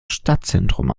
stadtzentrum